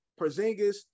Porzingis